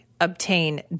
Obtain